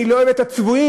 אני לא אוהבת את הצבועים,